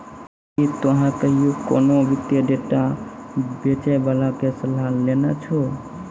कि तोहें कहियो कोनो वित्तीय डेटा बेचै बाला के सलाह लेने छो?